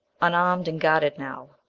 unarmed and guarded now.